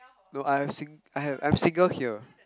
no I have sing~ I have I am single here